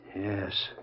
yes